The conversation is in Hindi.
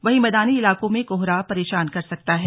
वहीं मैदानी इलाकों में कोहरा परेशान कर सकता है